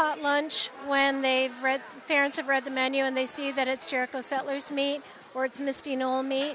hot lunch when they've read parents have read the menu and they see that it's jericho sellers me or it's misty you know me